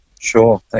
Sure